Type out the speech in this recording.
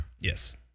Yes